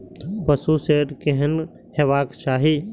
पशु शेड केहन हेबाक चाही?